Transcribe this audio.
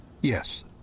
Yes